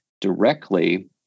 directly